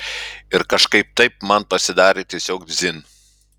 ir kažkaip taip man pasidarė tiesiog dzin